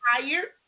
tired